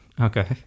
Okay